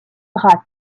bras